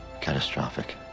Catastrophic